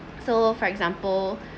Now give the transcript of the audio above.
so for example